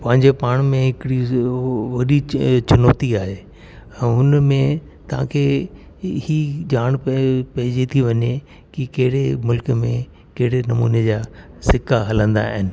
पंहिंजे पाण में हिकड़ी वॾी चुनौती आहे ऐं हुनमें तव्हांखे इहा ॼाण पै पइजी थी वञे की कहिड़े मुल्क़ में कहिड़े नमूने जा सिका हलंदा आहिनि